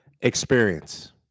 experience